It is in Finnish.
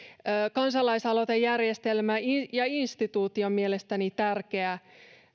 kansalaisaloitejärjestelmä ja instituutio on mielestäni tärkeä